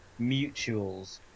mutuals